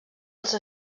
els